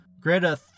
Greta